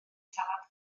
salad